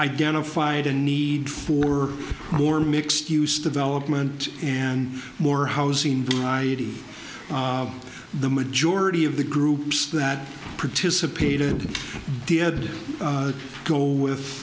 identified a need for more mixed use development and more housing the majority of the groups that participated dead goal with